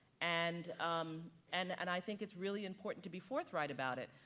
and um and and i think it's really important to be forthright about it.